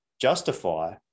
justify